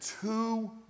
two